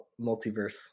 multiverse